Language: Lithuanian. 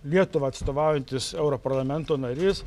lietuvą atstovaujantis europarlamento narys